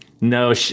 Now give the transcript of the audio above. No